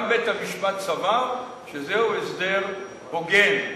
גם בית-המשפט סבר שזה הסדר הוגן.